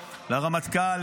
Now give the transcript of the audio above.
לרמטכ"ל,